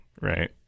right